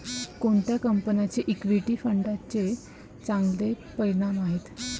कोणत्या कंपन्यांचे इक्विटी फंडांचे चांगले परिणाम आहेत?